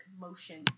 motion